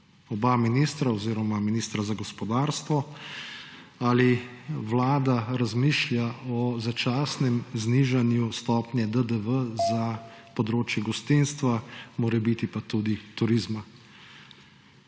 oba ministra oziroma ministra za gospodarstvo: Ali Vlada razmišlja o začasnem znižanju stopnje DDV za področje gostinstva, morebiti pa tudi turizma?